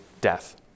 death